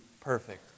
perfect